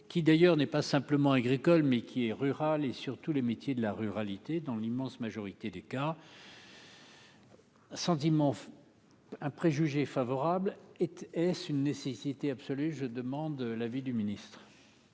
qui d'ailleurs n'est pas simplement agricole mais qui est rural et surtout les métiers de la ruralité dans l'immense majorité des cas. Sentiment un préjugé favorable et-ce une nécessité absolue, je demande l'avis du ministre.